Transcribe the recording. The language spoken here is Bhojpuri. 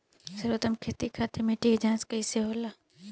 सर्वोत्तम खेती खातिर मिट्टी के जाँच कईसे होला?